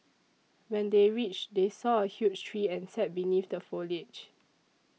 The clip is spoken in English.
when they reached they saw a huge tree and sat beneath the foliage